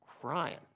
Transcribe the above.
crying